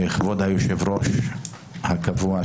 כבוד היושב-ראש הקבוע,